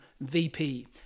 VP